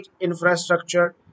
infrastructure